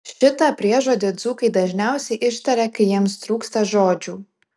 šitą priežodį dzūkai dažniausiai ištaria kai jiems trūksta žodžių